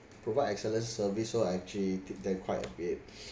provide excellent service so I actually think thank quite a bit